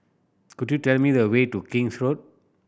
could you tell me the way to King's Road